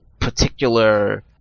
particular